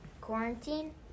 Quarantine